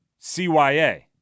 CYA